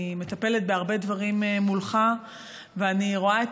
אני מטפלת בהרבה דברים מולך ואני רואה את